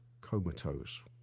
Comatose